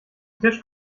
tisch